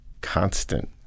constant